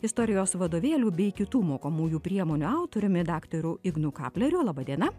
istorijos vadovėlių bei kitų mokomųjų priemonių autoriumi daktaru ignu kapleriu laba diena